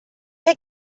chi